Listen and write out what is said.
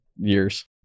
years